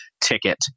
ticket